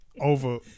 over